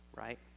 right